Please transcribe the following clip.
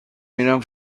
میرم